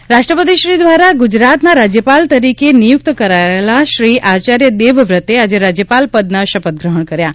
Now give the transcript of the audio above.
રાજ્યપાલ રાષ્ટ્રપતિશ્રી દ્વારા ગુજરાતના રાજ્યપાલ તરીકે નિયુક્ત કરાયેલા શ્રી આચાર્ય દેવવ્રતે આજે રાજ્યપાલ પદના શપથ ગ્રહણ કર્યા છે